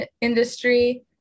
industry